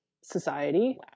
society